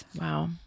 Wow